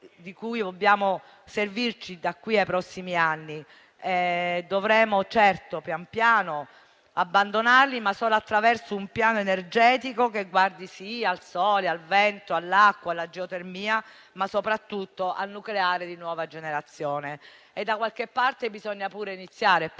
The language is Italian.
di cui dobbiamo servirci da qui ai prossimi anni. Dovremo certamente pian piano abbandonarli, ma solo attraverso un piano energetico che guardi certamente al sole, al vento, all'acqua e alla geotermia, ma soprattutto al nucleare di nuova generazione e da qualche parte bisogna pure iniziare e partire.